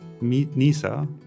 NISA